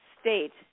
state